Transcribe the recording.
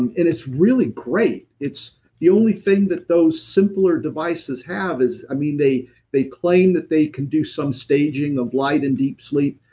and it is really great. the only thing that those simpler devices have is, i mean they they claim that they can do some staging of light and deep sleep.